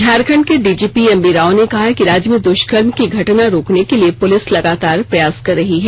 झारखंड के DGP M V Rao ने कहा कि राज्य में दुष्कर्म की घटना रोकने के लिए पुलिस लगातार प्रयास कर रही है